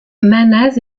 manas